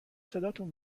صداتون